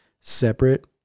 separate